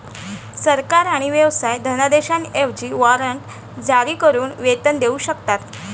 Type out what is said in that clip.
सरकार आणि व्यवसाय धनादेशांऐवजी वॉरंट जारी करून वेतन देऊ शकतात